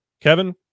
Kevin